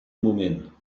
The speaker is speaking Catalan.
moment